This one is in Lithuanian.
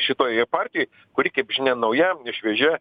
šitoj partijoj kuri kaip žinia nauja šviežia